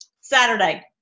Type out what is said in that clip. Saturday